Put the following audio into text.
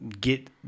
get